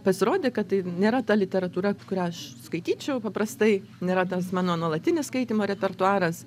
pasirodė kad tai nėra ta literatūra kurią aš skaityčiau paprastai nėra tas mano nuolatinis skaitymo repertuaras